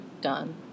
done